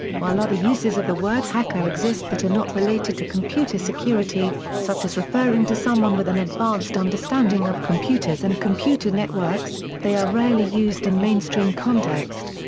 while other uses of the word hacker exist that are not related to computer security, such as referring to someone with an advanced understanding of computers and computer networks, they are rarely used in mainstream context.